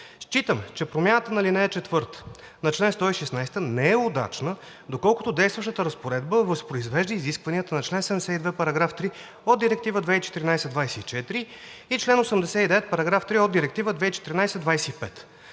„Считам, че промяната на ал. 4 на чл. 116 не е удачна, доколкото действащата разпоредба възпроизвежда изискванията на чл. 72, § 3 по Директива 2014/24 и чл. 89, § 3 от Директива 2014/25.